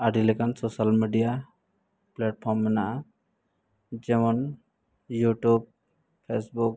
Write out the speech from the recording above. ᱟᱹᱰᱤ ᱞᱮᱠᱟᱱ ᱢᱮᱱᱟᱜᱼᱟ ᱡᱮᱢᱚᱱ